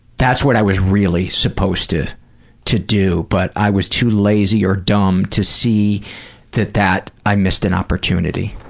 that's what i was really supposed to to do, but i was too lazy or dumb to see that that i missed an opportunity.